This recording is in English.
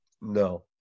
no